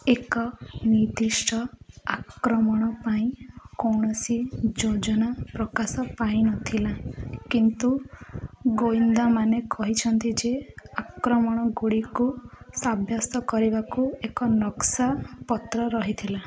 ଏକ ନିର୍ଦ୍ଦିଷ୍ଟ ଆକ୍ରମଣ ପାଇଁ କୌଣସି ଯୋଜନା ପ୍ରକାଶ ପାଇନଥିଲା କିନ୍ତୁ ଗୋଇନ୍ଦାମାନେ କହିଛନ୍ତି ଯେ ଆକ୍ରମଣଗୁଡ଼ିକୁ ସାବ୍ୟସ୍ତ କରିବାକୁ ଏକ ନକ୍ସା ପତ୍ର ରହିଥିଲା